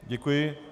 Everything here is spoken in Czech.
Děkuji.